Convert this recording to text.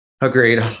Agreed